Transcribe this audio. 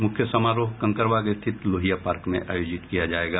मुख्य समारोह कंकड़बाग स्थित लोहिया पार्क में आयोजित किया जायेगा